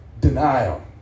denial